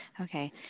Okay